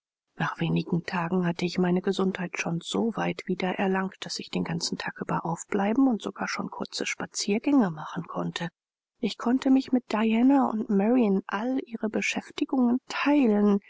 nach wenigen tagen hatte ich meine gesundheit schon so weit wieder erlangt daß ich den ganzen tag über aufbleiben und sogar schon kurze spaziergänge machen konnte ich konnte mich mit diana und mary in all ihre beschäftigungen teilen